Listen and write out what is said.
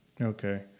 okay